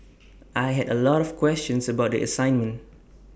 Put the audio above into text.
I had A lot of questions about the assignment